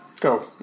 Go